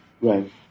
Right